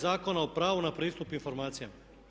Zakona o pravu na pristup informacijama.